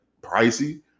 pricey